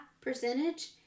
percentage